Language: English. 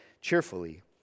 cheerfully